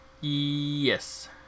Yes